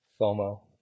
FOMO